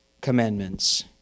commandments